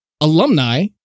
alumni